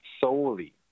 solely